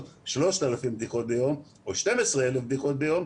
3,000 בדיקות ביום או 12,000 בדיקות ביום,